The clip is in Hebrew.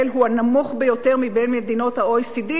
הוא הנמוך ביותר בין מדינות ה-OECD,